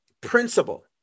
principle